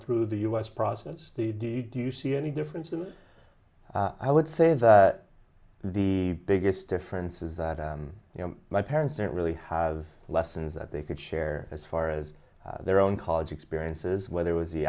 through the u s process to do you do you see any difference and i would say that the biggest difference is that you know my parents didn't really has lessons that they could share as far as their own college experiences whether it was the